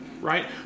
right